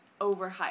overhyped